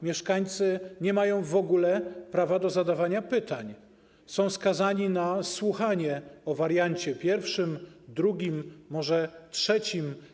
Mieszkańcy nie mają w ogóle prawa do zadawania pytań, są skazani na słuchanie o wariancie pierwszym, drugim, a może trzecim.